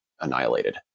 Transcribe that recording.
annihilated